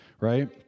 right